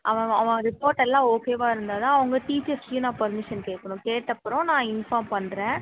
அவன் அவன் ரிப்போர்ட்டு எல்லாம் ஓகேவா இருந்தால் தான் அவங்க டீச்சர்ஸ்டையும் நான் பர்மிஷன் கேட்கணும் கேட்ட அப்புறம் நான் இன்ஃபார்ம் பண்ணுறேன்